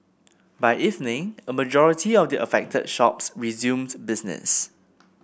by evening a majority of the affected shops resumed business